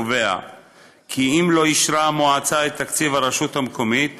קובע כי אם לא אישרה המועצה את תקציב הרשות המקומית